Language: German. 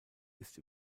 ist